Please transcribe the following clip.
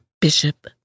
Bishop